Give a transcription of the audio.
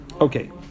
Okay